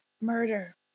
murder